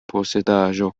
posedaĵo